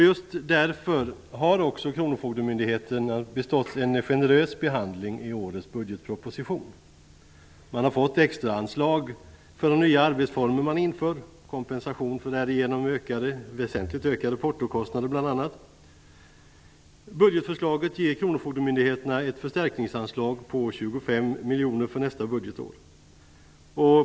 Just därför har också kronofogdemyndigheterna fått en generös behandling i årets budgetproposition. Man har fått extraanslag för de nya arbetsformer man inför, kompensation för därigenom väsentligt ökade portokostnader bl.a. Budgetförslaget ger kronofogdemyndigheterna ett förstärkningsanslag på 25 miljoner för nästa budgetår.